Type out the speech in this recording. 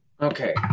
Okay